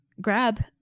Grab